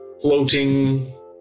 floating